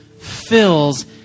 fills